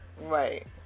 Right